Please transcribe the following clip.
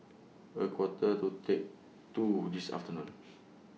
A Quarter to T two This afternoon